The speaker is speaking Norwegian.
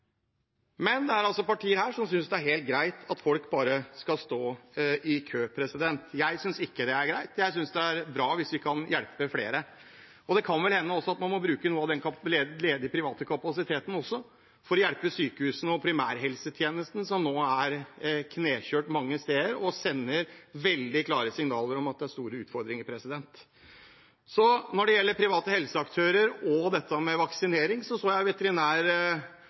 Men det er altså partier her som synes det er helt greit at folk bare skal stå i kø. Jeg synes ikke det er greit, jeg synes det er bra hvis vi kan hjelpe flere. Og det kan vel hende at man må bruke noe av den ledige private kapasiteten også for å hjelpe sykehusene og primærhelsetjenesten, som nå er knekjørt mange steder og sender veldig klare signaler om at det er store utfordringer. Når det gjelder private helseaktører og dette med vaksinering, så jeg